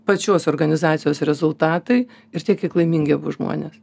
pačios organizacijos rezultatai ir tiek kiek laimingi abu žmonės